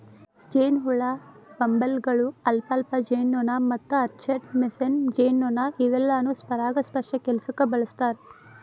ಜೇನಹುಳ, ಬಂಬಲ್ಬೇಗಳು, ಅಲ್ಫಾಲ್ಫಾ ಜೇನುನೊಣ ಮತ್ತು ಆರ್ಚರ್ಡ್ ಮೇಸನ್ ಜೇನುನೊಣ ಇವೆಲ್ಲಾನು ಪರಾಗಸ್ಪರ್ಶ ಕೆಲ್ಸಕ್ಕ ಬಳಸ್ತಾರ